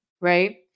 right